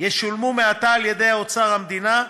ישולמו מעתה על-ידי אוצר המדינה,